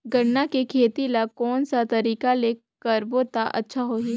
गन्ना के खेती ला कोन सा तरीका ले करबो त अच्छा होही?